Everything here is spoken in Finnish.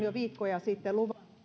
jo viikkoja sitten